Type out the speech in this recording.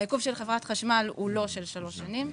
העיכוב של חברת החשמל הוא לא של שלוש שנים.